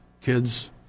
kids